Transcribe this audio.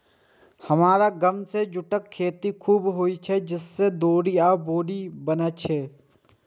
हमरा गाम मे जूटक खेती खूब होइ छै, जइसे डोरी आ बोरी बनै छै